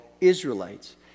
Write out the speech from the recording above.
Israelites